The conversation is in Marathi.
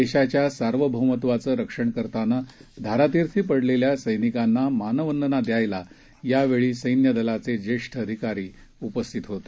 देशाच्या सार्वभौमत्वाचं रक्षण करताना धारातीर्थी पडलेल्या सैनिकांना मानवंदना दयायला यावेळी सैन्यदलाचे ज्येष्ठ अधिकारी उपस्थित होते